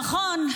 נכון,